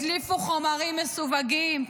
הדליפו חומרים מסווגים,